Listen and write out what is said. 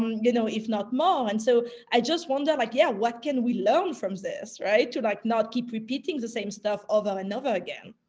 um and know, if not more. and so i just wonder, like, yeah, what can we learn from this? right? to, like, not keep repeating the same stuff over um and over again.